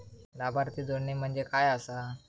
लाभार्थी जोडणे म्हणजे काय आसा?